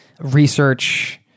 research